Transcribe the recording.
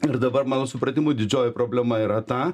ir dabar mano supratimu didžioji problema yra ta